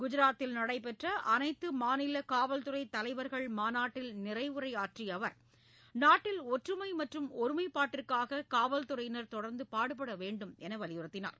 குஜராத்தில் நடைபெற்ற அனைத்து மாநில காவல்துறைத் தலைவர்கள் மாநாட்டில் நிறைவுரையாற்றிய அவர் நாட்டில் ஒற்றுமை மற்றும் ஒருமைப்பாட்டிற்காக காவல்துறையினர் தொடர்ந்து பாடுபட வேண்டும் எனவும் வலியுறுத்தினார்